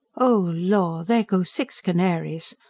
oh, lor! there go six canaries.